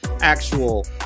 actual